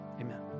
Amen